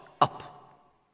up